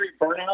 burnout